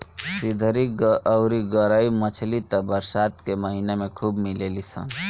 सिधरी अउरी गरई मछली त बरसात के महिना में खूब मिलेली सन